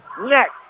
Next